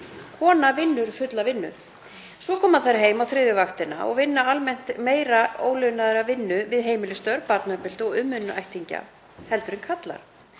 Konur vinna fulla vinnu. Svo koma þær heim á þriðju vaktina og vinna almennt meira ólaunaða vinnu við heimilisstörf og barnauppeldi og umönnun ættingja en karlar.